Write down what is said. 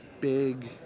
big